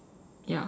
ya